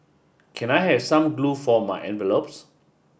can I have some glue for my envelopes